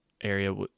area